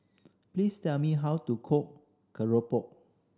please tell me how to cook keropok